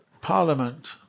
Parliament